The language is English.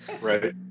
Right